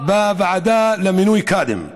בוועדה למינוי קאדים.